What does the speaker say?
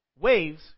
waves